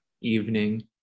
evening